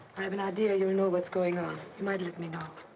i have an idea you know what's going on. you might let me know.